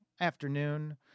afternoon